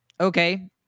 okay